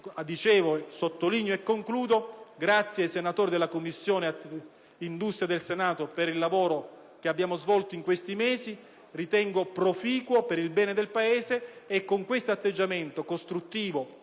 sottolineo il mio ringraziamento ai senatori della Commissione industria del Senato per il lavoro che abbiamo svolto in questi mesi, che ritengo proficuo per il bene del Paese. Con questo atteggiamento costruttivo,